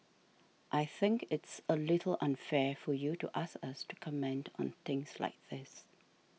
I think it's a little unfair for you to ask us to comment on things like this